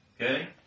Okay